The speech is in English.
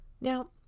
now